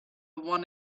one